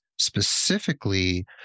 specifically